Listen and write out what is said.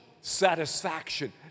satisfaction